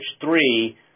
three